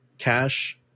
Cash